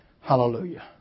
Hallelujah